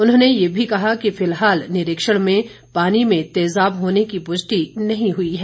उन्होंने ये भी कहा कि फिलहाल निरीक्षण में पानी में तेजाब होने की पुष्टि नहीं हुई है